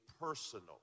personal